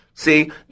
See